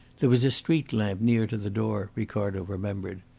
there was a street lamp near to the door, ricardo remembered.